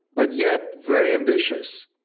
but yet very ambitious.